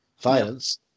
violence